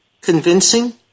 convincing